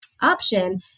option